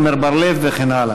עמר בר-לב וכן הלאה.